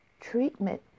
treatment